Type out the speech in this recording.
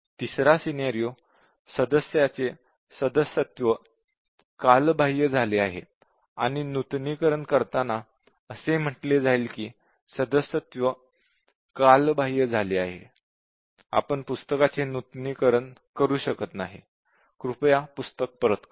तिसरा सिनॅरिओ सदस्याचे सदस्यत्व कालबाह्य झाले असेल आणि नूतनीकरण करताना असे म्हटले जाईल की सदस्यत्व कालबाह्य झाले आहे आपण पुस्तकाचे नूतनीकरण करू शकत नाही कृपया पुस्तक परत करा